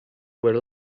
were